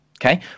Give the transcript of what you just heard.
okay